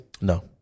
No